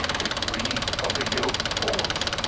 with breed of the yoked horse,